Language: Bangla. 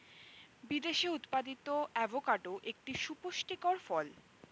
বিদেশে উৎপাদিত অ্যাভোকাডো একটি সুপুষ্টিকর ফল